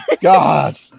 God